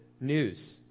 news